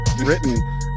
written